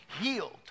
healed